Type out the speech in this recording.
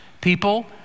people